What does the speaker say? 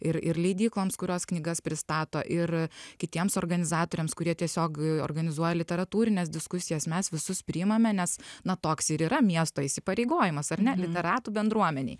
ir ir leidykloms kurios knygas pristato ir kitiems organizatoriams kurie tiesiog organizuoja literatūrines diskusijas mes visus priimame nes na toks ir yra miesto įsipareigojimas ar ne literatų bendruomenei